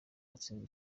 batsinze